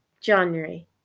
January